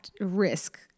risk